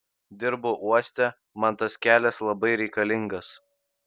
dirbu uoste man tas kelias labai reikalingas